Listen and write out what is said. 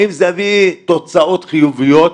האם זה יביא תוצאות חיוביות.